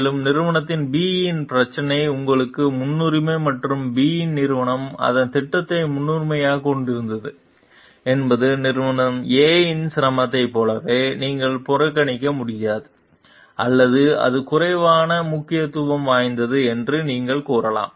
மேலும் நிறுவனத்தின் B இன் பிரச்சனை உங்களுக்கு முன்னுரிமை மற்றும் B நிறுவனம் அதன் திட்டத்தை முன்னுரிமையாகக் கொண்டிருந்தது என்பது நிறுவனத்தின் A சிரமத்தைப் போல நீங்கள் புறக்கணிக்க முடியாது அல்லது அது குறைவான முக்கியத்துவம் வாய்ந்தது என்று நீங்கள் கூறலாம்